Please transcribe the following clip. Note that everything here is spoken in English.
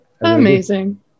Amazing